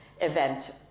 event